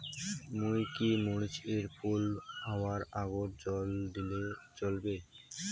মুই কি মরিচ এর ফুল হাওয়ার আগত জল দিলে চলবে?